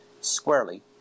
squarely